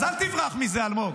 אז אל תברח מזה, אלמוג.